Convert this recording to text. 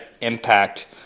impact